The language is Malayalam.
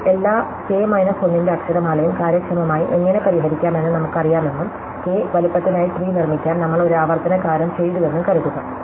ഇപ്പോൾ എല്ലാ k മൈനസ് 1 ന്റെ അക്ഷരമാലയും കാര്യക്ഷമമായി എങ്ങനെ പരിഹരിക്കാമെന്ന് നമ്മുക്കറിയാമെന്നും k വലിപ്പത്തിനായി ട്രീ നിർമ്മിക്കാൻ നമ്മൾ ഒരു ആവർത്തന കാര്യം ചെയ്തുവെന്നും കരുതുക